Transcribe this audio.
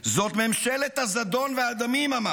זאת ממשלת הזדון והדמים, אמר,